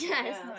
Yes